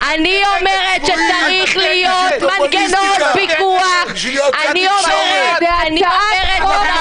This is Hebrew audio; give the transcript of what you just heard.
בשביל פופוליסטיקה --- אני אומרת שצריך להיות מנגנון פיקוח.